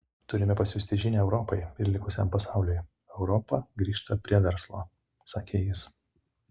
turime pasiųsti žinią europai ir likusiam pasauliui europa grįžta prie verslo sakė jis